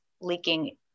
leaking